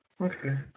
Okay